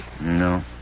No